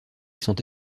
sont